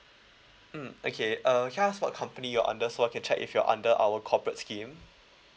mm okay uh can I ask what company you are under so I can check if you're under our corporate scheme